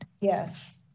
Yes